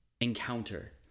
encounter